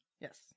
Yes